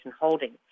Holdings